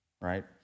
right